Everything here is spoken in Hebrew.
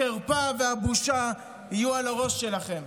החרפה והבושה יהיו על הראש שלכם.